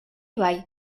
bai